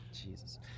Jesus